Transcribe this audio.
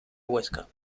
huesca